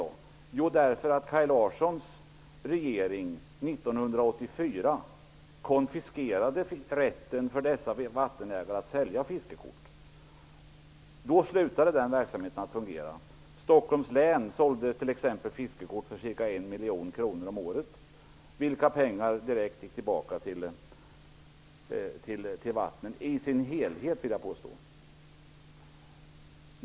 Jo, Kaj Larssons partis regering konfiskerade 1984 rätten för fiskevattenägarna att sälja fiskekort. Då slutade den verksamheten att fungera. I Stockholms län sålde man t.ex. fiskekort för ca 1 miljon kronor om året, och jag vill påstå att dessa pengar i sin helhet gick direkt tillbaka till fiskevattnen.